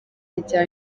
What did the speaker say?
rya